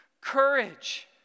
courage